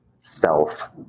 self